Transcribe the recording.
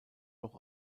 doch